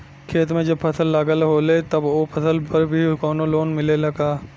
खेत में जब फसल लगल होले तब ओ फसल पर भी कौनो लोन मिलेला का?